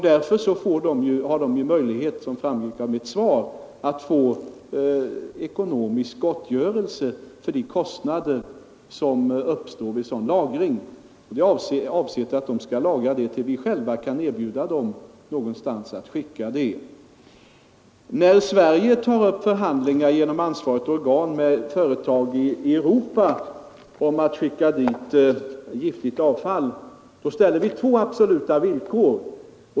Därför har företagen, som framgår av mitt svar, möjligheter att få ekonomisk gottgörelse för de kostnader som lagringen medför. Avsikten är att företagen skall lagra avfallet till dess vi kan erbjuda dem en möjlighet att bli av med det. När Sverige genom ansvarigt organ tar upp förhandlingar med företag i andra länder i Europa om omhändertagande av giftigt avfall ställer vi två absoluta villkor.